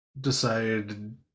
decided